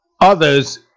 others